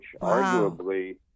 arguably